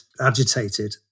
agitated